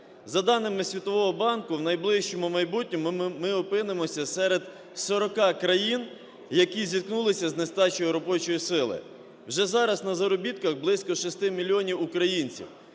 За даними Світового банку, в найближчому майбутньому ми опинимося серед 40 країн, які зіткнулися з нестачею робочої сили. Вже зараз на заробітках близько 6 мільйонів українців.